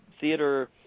theater